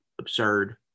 absurd